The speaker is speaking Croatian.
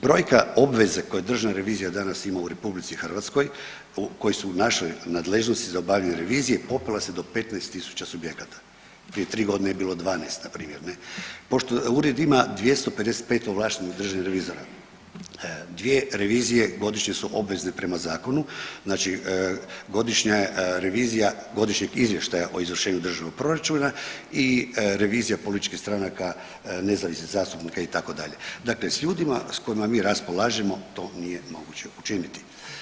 Brojka obveze koju državna revizija danas ima u RH koji su u našoj nadležnosti za obavljanje revizije popela se do 15.000 subjekata, prije tri godine je bilo 12 npr. Pošto ured ima 255 ovlaštenih državnih revizora, dvije revizije godišnje su obvezne prema zakonu, znači godišnja revizija, godišnjeg izvještaja o izvršenju državnog proračuna i revizija političkih stranaka nezavisnih zastupnika itd. dakle s ljudima s kojima mi raspolažemo to nije moguće učiniti.